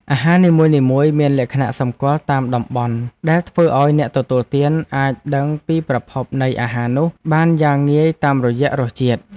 អាហារនីមួយៗមានលក្ខណៈសម្គាល់តាមតំបន់ដែលធ្វើឱ្យអ្នកទទួលទានអាចដឹងពីប្រភពនៃអាហារនោះបានយ៉ាងងាយតាមរយៈរសជាតិ។